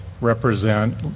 Represent